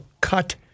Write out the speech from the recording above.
cut